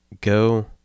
Go